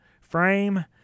frame